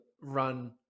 run